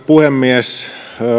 puhemies